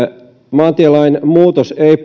maantielain muutos ei